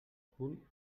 punt